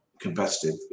competitive